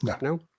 No